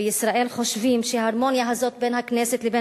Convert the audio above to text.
בישראל חושבים שההרמוניה הזאת בין הכנסת לבין